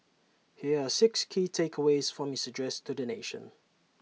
here are six key takeaways from his address to the nation